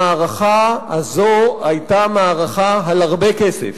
המערכה הזאת היתה מערכה על הרבה כסף,